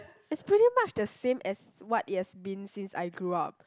it's pretty much the same as what it has been since I grew up